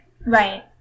Right